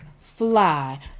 fly